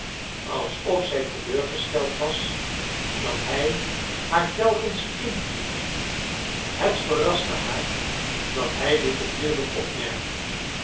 alsof zij teleurgesteld was dat hij haar telkens kind noemde het verraste haar dab hi dit onrniddellijk opmerkte